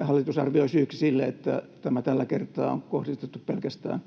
hallitus arvioi syyksi sille, että tämä tällä kertaa on kohdistettu pelkästään